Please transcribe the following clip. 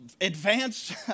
advanced